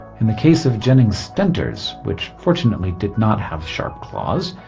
in the case of jennings' stentors, which fortunately did not have sharp claws,